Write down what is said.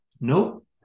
Nope